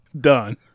Done